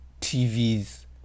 TVs